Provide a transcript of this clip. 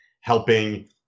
helping